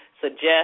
suggest